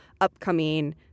upcoming